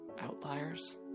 outliers